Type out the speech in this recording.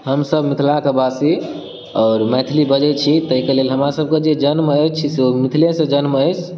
हमसब मिथिला कऽ बासी आओर मैथिली बजैत छी ताहि कऽ लेल हमरा सब कऽ जे जन्म अछि से मिथिलेसँ जन्म अछि